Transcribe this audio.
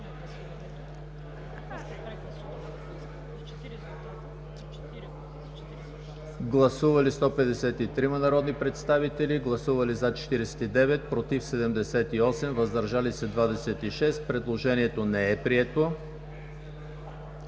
Гласували 198 народни представители: за 19, против 104, въздържали се 75. Предложението не е прието.